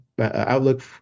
Outlook